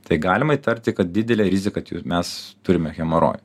tai galima įtarti kad didelę riziką kad jūs mes turime hemorojų